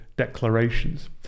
declarations